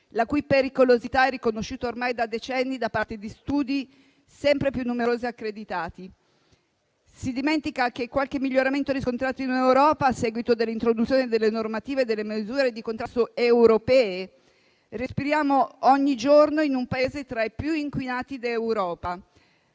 la cui pericolosità è riconosciuta ormai da decenni da parte di studi sempre più numerosi e accreditati. Si dimentica che nonostante qualche miglioramento riscontrato in Europa a seguito dell'introduzione delle normative e le misure di contrasto europee, respiriamo ogni giorno in un Paese tra i più inquinati d'Europa.